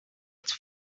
its